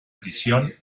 prisión